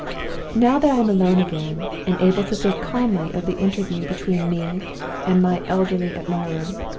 now that i am alone again, and able to think calmly of the interview between me and my elderly admirer,